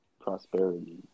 prosperity